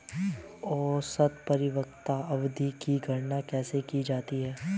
औसत परिपक्वता अवधि की गणना कैसे की जाती है?